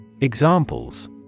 Examples